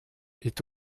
est